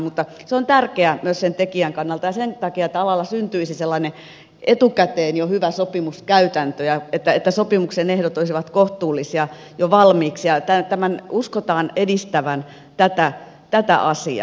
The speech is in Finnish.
mutta se on tärkeä myös sen tekijän kannalta ja sen takia että alalla syntyisi sellainen etukäteen jo hyvä sopimuskäytäntö ja että sopimuksen ehdot olisivat kohtuullisia jo valmiiksi ja tämän uskotaan edistävän tätä asiaa